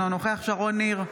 אינו נוכח שרון ניר,